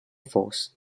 force